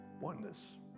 oneness